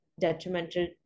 detrimental